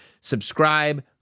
Subscribe